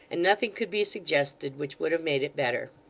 and nothing could be suggested which would have made it better.